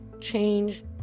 Change